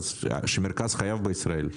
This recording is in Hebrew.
ישראל, שמרכז חייו בישראל,